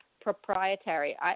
proprietary